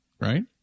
Right